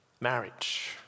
marriage